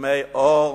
ימי אור,